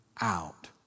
out